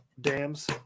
Dams